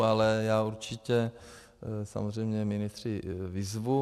Ale já určitě samozřejmě ministry vyzvu.